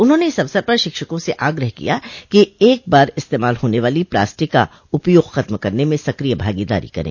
उन्होंने इस अवसर पर शिक्षकों से आग्रह किया है कि एक बार इस्तेमाल होने वाली प्लास्टिक का उपयोग खत्म करने में सक्रिय भागीदारी करें